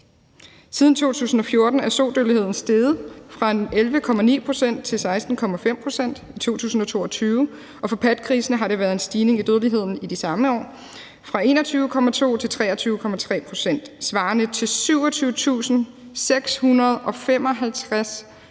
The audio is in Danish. Siden 2014 er sodødeligheden steget fra 11,9 pct. til 16,5 pct. i 2022, og for pattegrisene har der været en stigning i dødeligheden i de samme år fra 21,2 pct. til 23,3 pct. svarende til 27.655